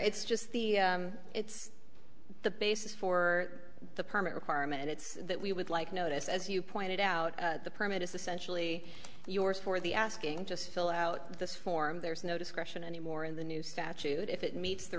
it's just the it's the basis for the permit requirement and it's that we would like notice as you pointed out the permit is essentially yours for the asking just fill out this form there's no discretion anymore in the new statute if it meets the